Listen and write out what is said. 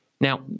Now